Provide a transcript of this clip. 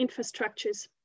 infrastructures